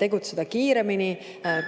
tegutseda kiiremini,